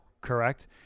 correct